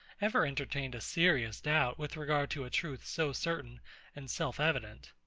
ever entertained a serious doubt with regard to a truth so certain and self-evident.